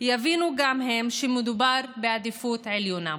יבינו גם הם שמדובר בעדיפות עליונה.